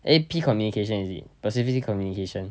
A_P communication is it persuasive communication